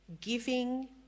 giving